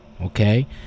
okay